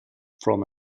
from